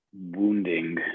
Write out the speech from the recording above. wounding